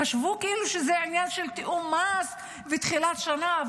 הם חשבו שזה עניין של תיאום מס ותחילת שנה.